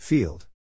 Field